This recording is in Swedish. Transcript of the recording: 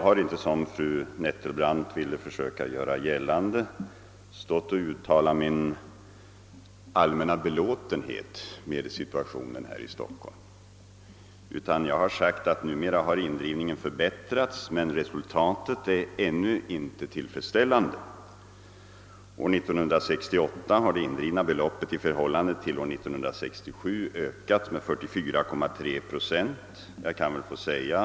Herr talman! Jag har inte uttalat min allmänna belåtenhet med situationen här i Stockholm, fru Nettelbrandt, utan jag har bara sagt att indrivningen har förbättrats men att resultatet ännu inte är tillfredsställande. år 1968 var det indrivna beloppet 44,3 procent större i förhållande till 1967.